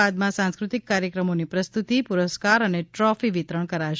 બાદમાં સાંસ્કૃતિ કાર્યક્રમોની પ્રસ્તુતિ પુરસ્કાર અને ટ્રોફી વિતરણ કરાશે